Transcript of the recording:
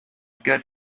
good